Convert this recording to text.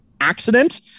accident